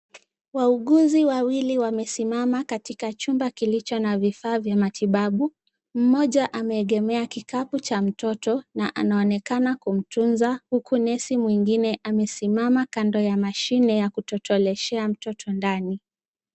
Wauguzi wawili wamesimama katika chumba kilicho na vifaa vya matibabu. Mmoja ameegemea kikapu cha mtoto na anaonekana kumtunza huku nesi mwingine amesimama kando ya mashine, ya kutotoleshea mtoto ndani.